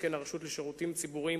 שכן הרשות לשירותים ציבוריים,